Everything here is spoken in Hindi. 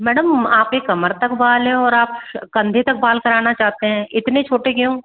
मेडम आप ये कमर तक वाले और आप कंधे तक बाल कराना चाहते हैं इतने छोटे क्यों